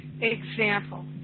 example